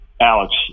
alex